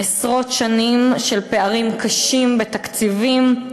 עשרות שנים של פערים קשים בתקציבים,